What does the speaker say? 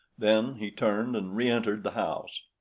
then he turned and reentered the house.